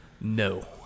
No